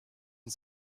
und